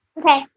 Okay